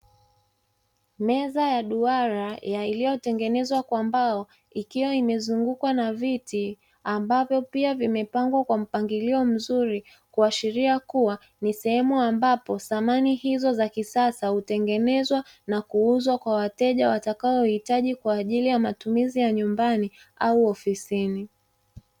Meza ya duara iliyotengenezwa kwa mbao ikiwa imezungukwa na viti ambavyo pia vimepangwa kwa mpangilio mzuri kuashiria kuwa ni sehemu ambapo samani hizo za kisasa hutengenezwa na kuuzwa kwa wateja watakaohitaji kwa ajili ya matumizi ya nyumbani au ofisini.